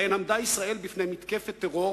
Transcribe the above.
שבהן עמדה ישראל בפני מתקפת טרור